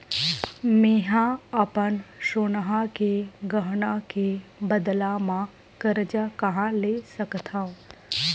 मेंहा अपन सोनहा के गहना के बदला मा कर्जा कहाँ ले सकथव?